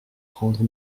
prendre